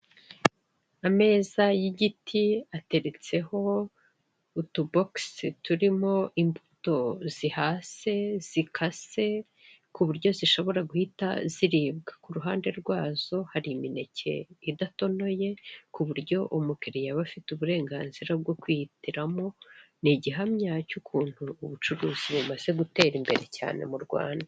Ameza y'igiti ateretseho utu bogisi turimo imbuto zihase zikase ku buryo zishobora guhita ziribwa, ku ruhande rwazo hari imineke idatonoye ku buryo umukiriya aba afite uburenganzira bwo kwihitiramo, ni igihamya cy'ukuntu ubucuruzi bumaze gutera imbere mu Rwanda.